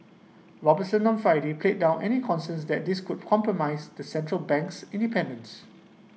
Robertson on Friday played down any concerns that this could compromise the Central Bank's Independence